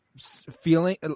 feeling